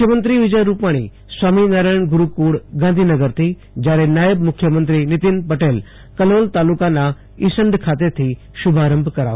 મુખ્યમંત્રી શ્રી વિજયભાઇ રૂપાણી સ્વામિનારાયણ ગુરૂકુળ ગાંધીનગરથી અને નાયબ મુખ્યમંત્રી શ્રી નિતિનભાઇ પટેલ કલોલ તાલુકાના ઇસંડ ખાતેથી શુભારંભ કરાવશે